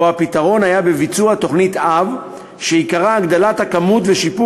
שבו הפתרון היה ביצוע תוכנית-אב שעיקרה הגדלת הכמות ושיפור